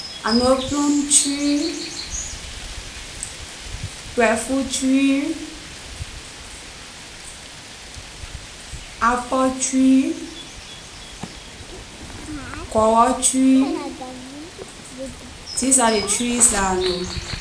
I know plum tree breadfruit tree apple tree gorwor tree these are ley trees la I know.